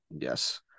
Yes